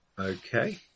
Okay